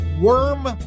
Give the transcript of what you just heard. worm